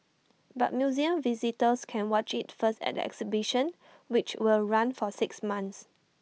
but museum visitors can watch IT first at the exhibition which will run for six months